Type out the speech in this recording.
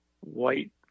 white